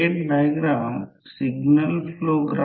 तर 500 भागिले हा आकडा 1